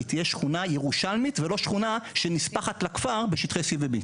היא תהיה שכונה ירושלמית ולא שכונה שנספחת לכפר בשטחי C ו-B.